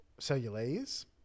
Cellulase